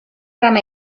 rama